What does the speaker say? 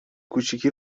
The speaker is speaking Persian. کوچیکی